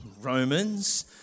romans